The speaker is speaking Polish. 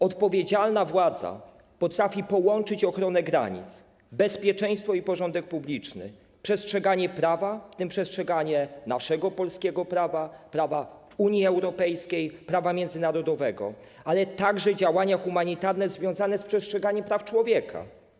Odpowiedzialna władza potrafi połączyć ochronę granic, bezpieczeństwo i porządek publiczny, przestrzeganie prawa, w tym przestrzeganie naszego polskiego prawa, prawa Unii Europejskiej, prawa międzynarodowego, ale także działania humanitarne związane z przestrzeganiem praw człowieka.